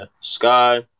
Sky